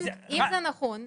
אם זה נכון,